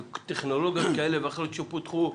בטכנולוגיות כאלה ואחרות שפותחו.